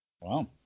Wow